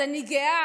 אז אני גאה,